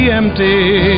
empty